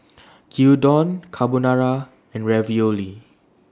Gyudon Carbonara and Ravioli